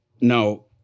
No